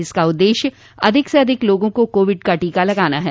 इसका उद्देश्य अधिक से अधिक लोगों को कोविड का टीका लगाना है